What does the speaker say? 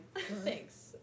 Thanks